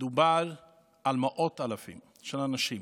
מדובר על מאות אלפים של אנשים